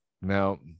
Now